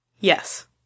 Yes